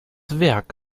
werk